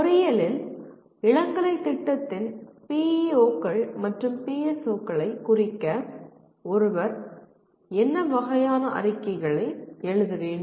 பொறியியலில் இளங்கலை திட்டத்தின் PEO கள் மற்றும் PSO களைக் குறிக்க ஒருவர் என்ன வகையான அறிக்கைகளை எழுத வேண்டும்